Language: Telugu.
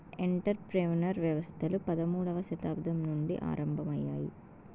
ఎంటర్ ప్రెన్యూర్ వ్యవస్థలు పదమూడవ శతాబ్దం నుండి ఆరంభమయ్యాయి